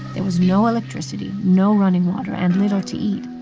there was no electricity, no running water and little to eat.